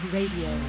Radio